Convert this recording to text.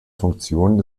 funktionen